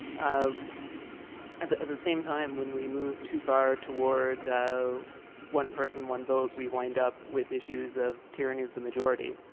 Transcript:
ah and at the same time, when we move too far toward one person, one vote we wind up with issues of tyranny of the majority.